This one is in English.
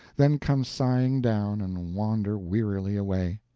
then come sighing down, and wander wearily away.